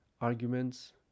arguments